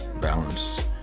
Balance